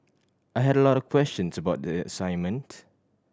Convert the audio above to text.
I had a lot of questions about the assignment